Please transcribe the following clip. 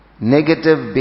Negative